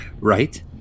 Right